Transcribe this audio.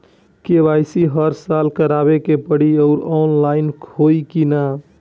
KYC हर साल करवावे के पड़ी और ऑनलाइन होई की ना?